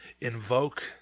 Invoke